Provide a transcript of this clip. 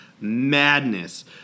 madness